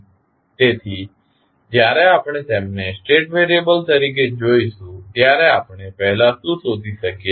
તેથી જ્યારે આપણે તેમને સ્ટેટ વેરિયેબલ તરીકે જોઇશું ત્યારે આપણે પહેલા શું શોધી શકીએ છે